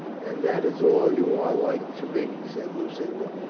and that is all you are like to be, said lu cinda.